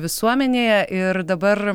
visuomenėje ir dabar